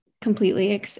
completely